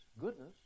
goodness